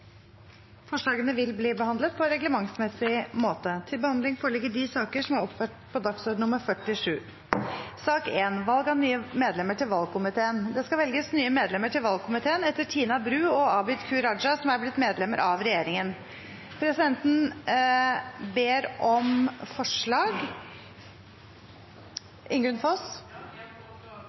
Forslagene vil bli behandlet på reglementsmessig måte. Det skal velges nye medlemmer til valgkomiteen etter Tina Bru og Abid Q. Raja, som er blitt medlemmer av regjeringen. Presidenten ber om forslag til nye medlemmer av valgkomiteen. Jeg foreslår Guro Angell Gimse. Guro Angell Gimse er foreslått som nytt medlem av